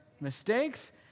mistakes